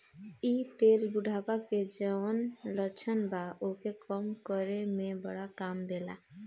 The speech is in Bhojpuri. इ तेल बुढ़ापा के जवन लक्षण बा ओके कम करे में बड़ा काम देला